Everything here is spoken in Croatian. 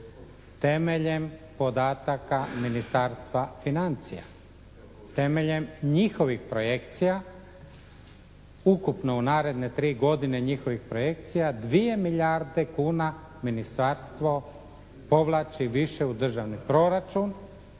temeljem podataka Ministarstva financija. Temeljem njihovih projekcija ukupno u narednih 3 godine njihovih projekcija 2 milijarde kuna povlači više u državni proračun